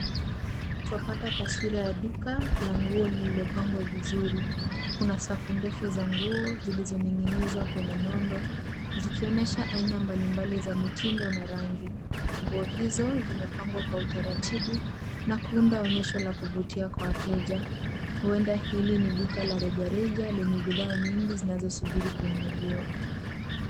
Twapata taswira la duka lililopangwa vizuri. Kuna safu ndefu za nguo zilizoning'inizwa kwenye nondo zikionyesha aina mbalimbali za mitindo na rangi. Nguo hizo zimepangwa kwa utaratibu na kuunda onyesho la kuvutia kwa wateja. Huenda hili ni duka la rejareja lenye bidhaa nyingi zinazosubiri kununuliwa.